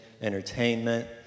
entertainment